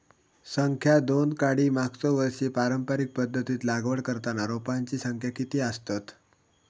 संख्या दोन काडी मागचो वर्षी पारंपरिक पध्दतीत लागवड करताना रोपांची संख्या किती आसतत?